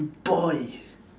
boy